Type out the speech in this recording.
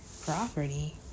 property